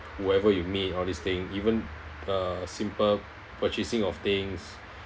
whoever you meet all these thing even uh simple purchasing of things